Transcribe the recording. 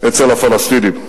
אצל הפלסטינים.